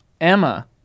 Emma